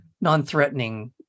non-threatening